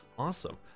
Awesome